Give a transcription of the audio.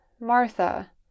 Martha